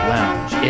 Lounge